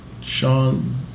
Sean